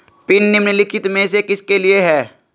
Pin निम्नलिखित में से किसके लिए है?